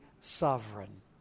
sovereign